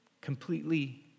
completely